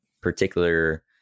particular